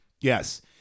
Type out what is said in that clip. Yes